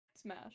Smash